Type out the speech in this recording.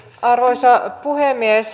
arvoisa puhemies